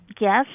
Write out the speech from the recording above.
yes